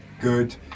good